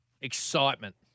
excitement